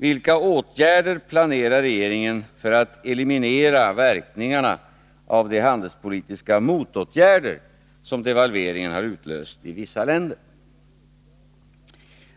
Vilka åtgärder planerar regeringen för att eliminera verkningarna av de handelspolitiska motåtgärder som devalveringen har utlöst i vissa länder?